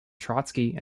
trotsky